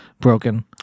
broken